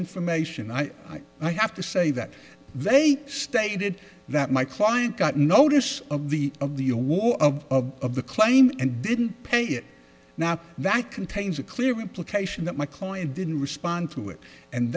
information i have to say that they stated that my client got notice of the of the year war of the claim and didn't pay it now that contains a clear implication that my client didn't respond to it and